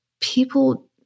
people